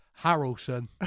Harrelson